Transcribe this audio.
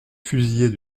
fusillés